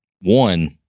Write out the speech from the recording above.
one